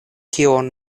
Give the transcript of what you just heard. kion